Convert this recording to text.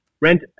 rent